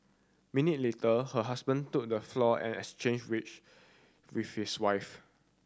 minute later her husband took the floor and exchanged wage with his wife